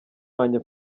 wanjye